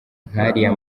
nk’ariya